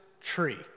tree